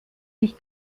sich